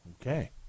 Okay